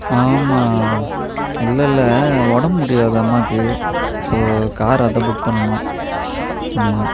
ஆமாம் இல்லல்லை ஒடம்பு முடியாது அம்மாக்கு ஸோ கார் அதுதான் புக் பண்ணணும் ஆமாம்